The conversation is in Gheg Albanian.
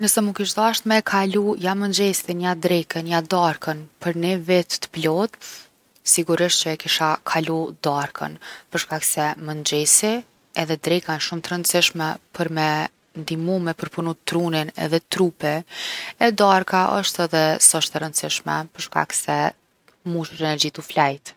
Nëse mu kish dasht me e kalu ja mëngjesin ja drekën ja darkën për ni vit t’plotë, sigurisht që e kisha kalu darkën, për shkak se mëngjesi edhe dreka jon shum’ t’rëndsishme për me ndihmu me përpunu trunin e trupi. E darka osht edhe s’osht e rëndsishme për shkak se mushesh energji tu flejt.